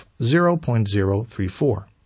0.034